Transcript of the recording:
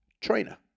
Trainer